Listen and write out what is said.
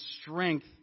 strength